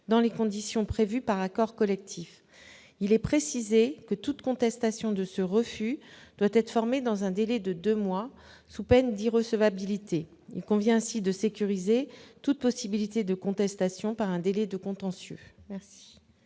dans les conditions prévues par accord collectif, il est précisé que toute contestation de ce refus doit être formé dans un délai de 2 mois sous peine d'recevabilité il convient ainsi de sécuriser toute possibilité de contestation par un délai de contentieux.